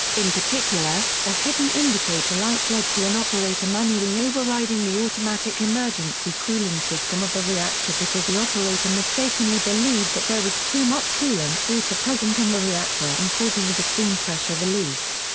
in particular, a hidden indicator light led to an operator manually overriding the automatic emergency cooling system of the reactor because the operator mistakenly believed that there was too much coolant water present in the reactor and causing the the steam pressure release.